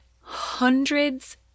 hundreds